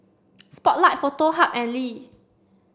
spotlight Foto Hub and Lee